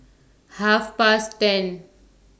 Half Past ten